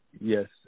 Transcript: Yes